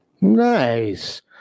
Nice